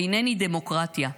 אינני דמוקרטיה.